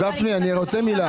הרב גפני, אני רוצה מילה.